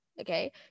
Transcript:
okay